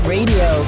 Radio